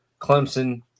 Clemson